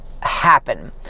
happen